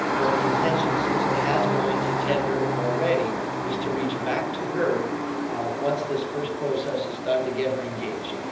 but the intention since it has gone to tender already is to reach back to her once this first process is done, to get her engaged.